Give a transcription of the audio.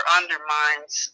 undermines